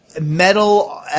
metal